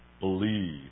believe